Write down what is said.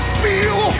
feel